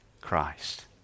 Christ